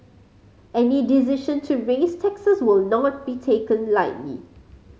any decision to raise taxes will not be taken lightly